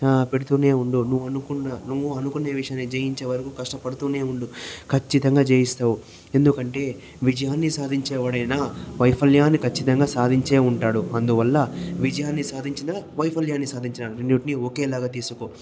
పెడుతూనే ఉండు నువ్వు అనుకున్న నువ్వు అనుకునే విషయాన్ని జయించే వరకు కష్టపడుతూనే ఉండు ఖచ్చితంగా జయిస్తావు ఎందుకంటే విజయాన్ని సాధించే వాడేనా వైఫల్యాన్ని ఖచ్చితంగా సాధించే ఉంటాడు అందువల్ల విజయాన్ని సాధించిన వైఫల్యాన్ని సాధించిన రెండిటిని ఒకేలాగా తీసుకో